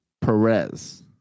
Perez